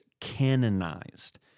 canonized